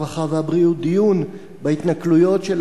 הרווחה והבריאות דיון בהתנכלויות של